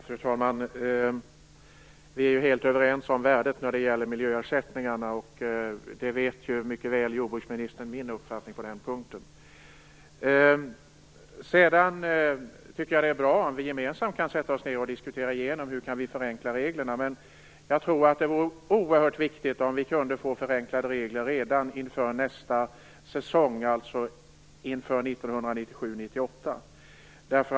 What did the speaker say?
Fru talman! Vi är helt överens om miljöersättningarnas värde. Jordbruksministern vet mycket väl vad som är min uppfattning på den punkten. Det är bra om vi gemensamt kan diskutera hur reglerna kan förenklas. Också jag tror att det är oerhört viktigt att få förenklade regler redan inför nästa säsong, dvs. inför 1997/98.